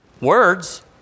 Words